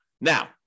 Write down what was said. Now